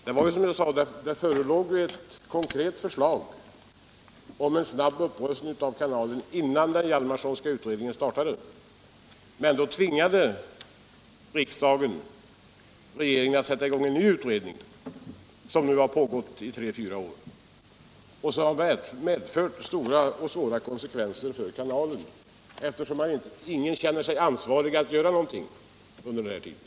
Det förelåg, som jag påpekade, ett konkret förslag om snabb upprustning av kanalen innan den Hjalmarsonska utredningen startade, men då tvingade riksdagen regeringen att sätta i gång en ny utredning, som nu har pågått tre fyra år, vilket har medfört svåra konsekvenser för kanalen, eftersom ingen har känt sig ansvarig att göra något under den här tiden.